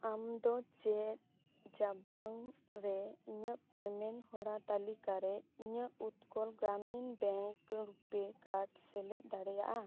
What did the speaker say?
ᱟᱢ ᱫᱚ ᱪᱮᱫ ᱡᱟᱵᱟᱝ ᱨᱮ ᱤᱧᱟᱹᱜ ᱯᱮᱢᱮᱱᱴ ᱦᱚᱨᱟ ᱛᱟᱞᱤᱠᱟ ᱨᱮ ᱤᱧᱟᱹᱜ ᱩᱛᱠᱚᱞ ᱜᱨᱟᱢᱤᱱ ᱵᱮᱝᱠ ᱨᱩᱯᱮ ᱠᱟᱨᱰ ᱥᱮᱞᱮᱫ ᱫᱟᱲᱮᱭᱟᱜ ᱟ